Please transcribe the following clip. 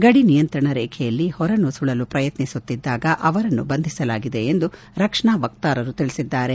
ಗಡಿ ನಿಯಂತ್ರಣ ರೇಬೆಯಲ್ಲಿ ಹೊರನುಸುಳಲು ಪ್ರಯತ್ನಿಸುತ್ತಿದ್ದಾಗ ಅವರನ್ನು ಬಂಧಿಸಲಾಗಿದೆ ಎಂದು ರಕ್ಷಣಾ ವಕ್ತಾರರು ತಿಳಿಸಿದ್ದಾರೆ